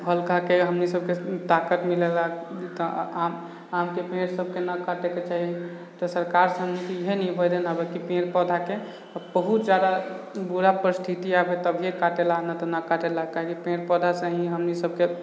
फल खाके हमनीसबके ताक़त मिलेला आमके पेड़ सबके न काटेके चाही तऽ सरकार से हमनीके ईहे निवेदन है की पेड़ पौधा के बहुत जादा बुरा परिस्थिति आबे तभिए काटेला न तऽ ना काटेला काहेकि पेड़ पौधा से ही हमनीसबके